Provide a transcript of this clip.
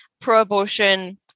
pro-abortion